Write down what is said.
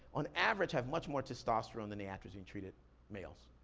on average have much more testosterone than the atrazine-treated males.